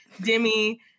Demi